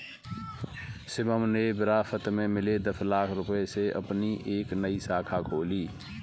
शिवम ने विरासत में मिले दस लाख रूपए से अपनी एक नई शाखा खोली